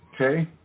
Okay